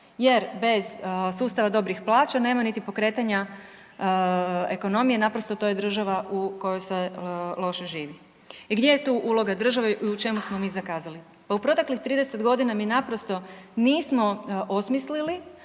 jer bez sustava dobrih plaća nema niti pokretanja ekonomije naprosto to je država u kojoj se loše živi. I gdje je tu uloga države i u čemu smo mi zakazali? Pa u proteklih 30 godina mi naprosto nismo osmislili,